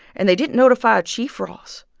and they didn't notify chief ross.